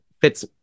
fits